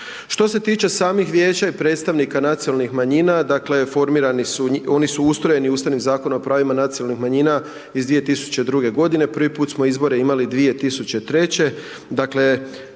Što se tiče samih vijeća i predstavnika nacionalnih manjina, dakle formirani su, oni su ustrojeni i Ustavnim zakonom o pravima nacionalnih manjina iz 2002. godine. Prvi put smo izbore imali 2003.